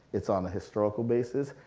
it's on a historical basis,